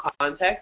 context